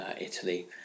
Italy